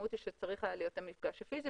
המשמעות היא שצריך היה להיות המפגש הפיזי